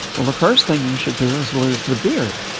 well, the first thing you should do is lose the beard